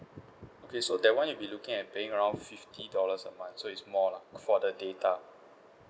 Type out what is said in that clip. okay so that [one] you'll be looking at paying around fifty dollars a month so it's more lah for the data